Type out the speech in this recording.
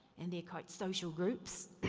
and their quote, social groups.